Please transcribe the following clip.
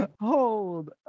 Hold